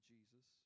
Jesus